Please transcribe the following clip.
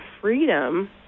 freedom